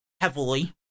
heavily